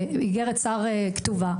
איזשהו פיילוט שמשרד הבריאות היה אמור